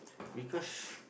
because